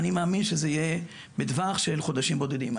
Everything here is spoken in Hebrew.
אני מאמין שזה יהיה בטווח של חודשים בודדים.